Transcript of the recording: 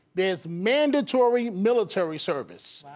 there's mandatory military service.